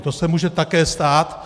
To se může také stát.